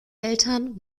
eltern